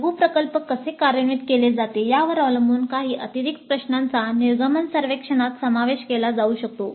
लघु प्रकल्प कसे कार्यान्वित केले जाते यावर अवलंबून काही अतिरिक्त प्रश्नांचा निर्गमन सर्वेक्षणात समावेश केला जाऊ शकतो